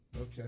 Okay